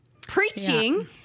preaching